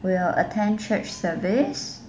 will attend church service